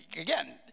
again